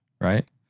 right